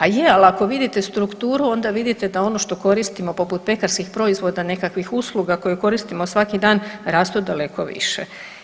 Ali je, ako vidite strukturu, onda vidite da ono što koristimo poput pekarskih proizvoda, nekakvih usluga koje koristimo svaki dan rastu daleko više.